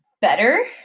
better